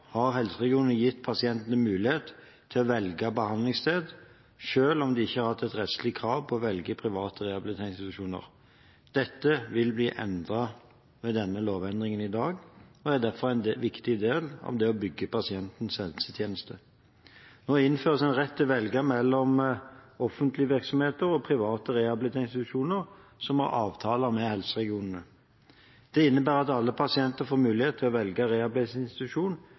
har helseregionene gitt pasientene mulighet til å velge behandlingssted, selv om de ikke har hatt et rettslig krav på å velge private rehabiliteringsinstitusjoner. Dette vil bli endret ved lovendringen i dag og er derfor en viktig del av det å bygge pasientens helsetjeneste. Nå innføres en rett til å velge mellom offentlige virksomheter og private rehabiliteringsinstitusjoner som har avtale med helseregionene. Det innebærer at alle pasienter får mulighet til å velge